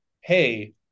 Hey